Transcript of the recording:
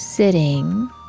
Sitting